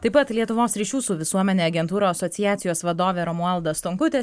taip pat lietuvos ryšių su visuomene agentūrų asociacijos vadovė romualda stonkutė